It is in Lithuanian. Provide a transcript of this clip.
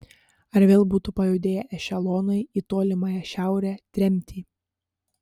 ar vėl būtų pajudėję ešelonai į tolimąją šiaurę tremtį